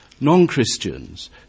non-Christians